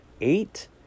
eight